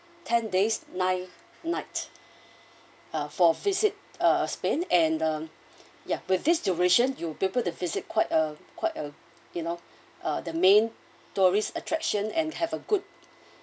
ten days nine night uh for visit uh spin and um yeah with this duration you'll be able to visit quite a quite a you know uh the main tourist attraction and have a good